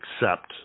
accept